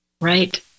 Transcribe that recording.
right